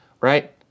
right